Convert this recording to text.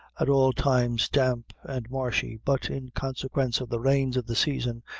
at all times damp and marshy, but in consequence of the rains of the season,